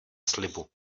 slibu